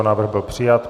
Návrh byl přijat.